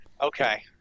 Okay